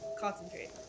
concentrate